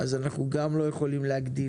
אתה צודק.